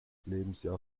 lebensjahr